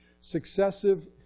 successive